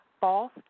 false